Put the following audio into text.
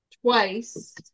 twice